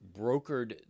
brokered